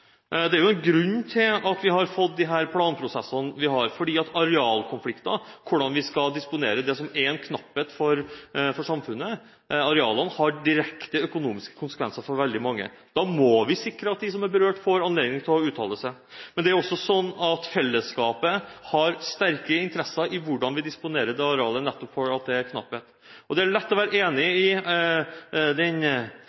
Det er jo en grunn til at vi har fått de planprosessene vi har, for arealkonflikter og hvordan vi skal disponere det som er en knapphet for samfunnet, arealene, har direkte økonomiske konsekvenser for veldig mange. Da må vi sikre at de som er berørt, får anledning til å uttale seg. Men det er også slik at fellesskapet har sterke interesser i hvordan vi disponerer det arealet, nettopp fordi det er knapphet. Det er lett å være enig